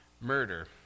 murder